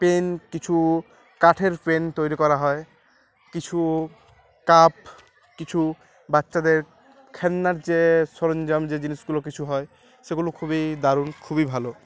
pen কিছু কাঠের pen তৈরি করা হয় কিছু কাপ কিছু বাচ্চাদের খেলনার যে সরঞ্জাম যে জিনিসগুলো কিছু হয় সেগুলো খুবই দারুণ খুবই ভালো